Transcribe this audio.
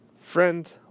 friend